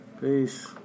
Peace